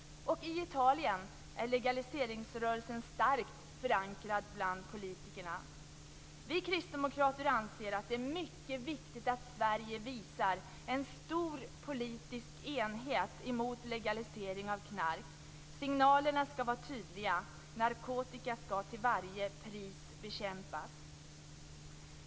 I Italien är legaliseringsrörelsen starkt förankrad bland politikerna. Vi kristdemokrater anser att det är mycket viktigt att Sverige visar en stor politisk enighet mot legalisering av knark. Signalerna skall vara tydliga. Narkotika skall till varje pris bekämpas.